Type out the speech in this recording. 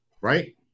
right